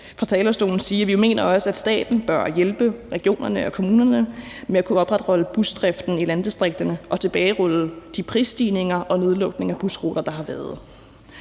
fra talerstolen sige, at vi også mener, at staten bør hjælpe regionerne og kommunerne med at opretholde busdriften i landdistrikterne og tilbagerulle de prisstigninger og nedlukninger af busruter, der har været.